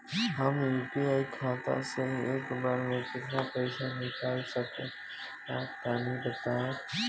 हम यू.पी.आई खाता से एक बेर म केतना पइसा निकाल सकिला तनि बतावा?